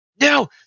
no